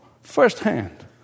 firsthand